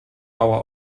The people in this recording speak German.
mauer